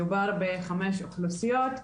מדובר בחמש אוכלוסיות,